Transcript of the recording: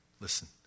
listen